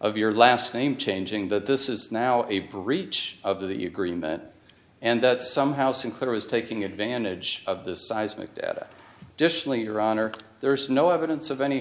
of your last name changing that this is now a breach of the agreement and that somehow sinclair was taking advantage of this seismic data dish later on or there's no evidence of any